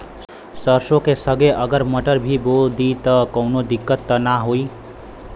सरसो के संगे अगर मटर भी बो दी त कवनो दिक्कत त ना होय?